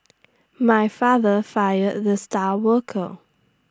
my father fired the star worker